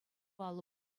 алӑ